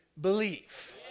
believe